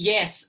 Yes